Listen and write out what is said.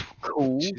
cool